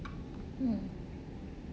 mm